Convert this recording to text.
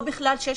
או שבכלל,